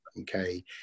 okay